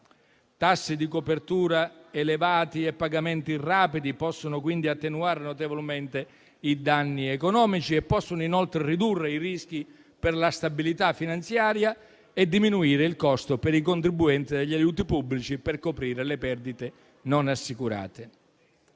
Tassi di copertura elevati e pagamenti rapidi possono quindi attenuare notevolmente i danni economici e possono inoltre ridurre i rischi per la stabilità finanziaria e diminuire il costo per i contribuenti degli aiuti pubblici per coprire le perdite non assicurate.